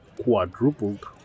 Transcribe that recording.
quadrupled